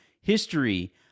history